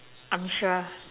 I'm sure